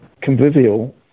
convivial